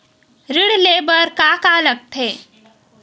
ऋण ले बर का का लगथे?